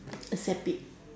accept it